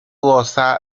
goza